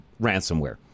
ransomware